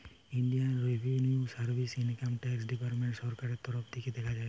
Indian revenue service income tax department সরকারের তরফ থিকে দেখা হয়